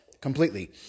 completely